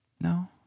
no